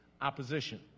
opposition